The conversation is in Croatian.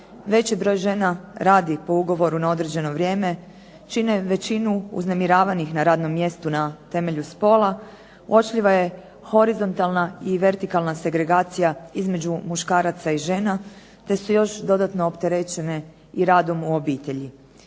veći broj žena radi po ugovoru na određeno vrijeme, čine većinu uznemiravanih na radnom mjestu na temelju spola, uočljiva je horizontalna i vertikalna segregacija između muškaraca i žena te su još dodatno opterećene i radom u obitelji.